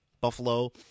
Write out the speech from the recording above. Buffalo